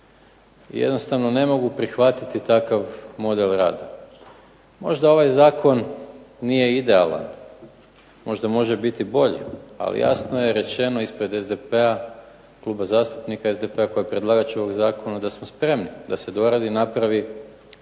I jednostavno ne mogu prihvatiti takav model rada. Možda ovaj zakon nije idealan, možda može biti bolji. Ali jasno je rečeno ispred SDP-a, kluba zastupnika SDP-a koji je predlagač ovog zakona da smo spremni da se doradi, napravi